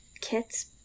Kit's